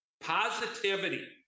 Positivity